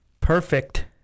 perfect